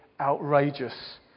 outrageous